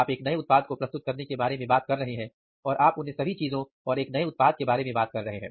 आप एक नए उत्पाद को प्रस्तुत करने के बारे में बात कर रहे हैं और आप अन्य सभी चीजों और एक नए उत्पाद के बारे में बात कर रहे हैं